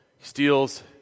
Steals